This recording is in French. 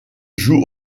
joue